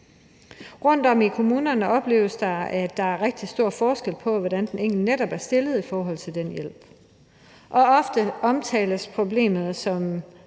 Rundtom i kommunerne opleves det, at der netop er rigtig stor forskel på, hvordan den enkelte er stillet i forhold til den hjælp. Og ofte omtales problemet som